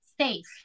safe